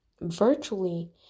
virtually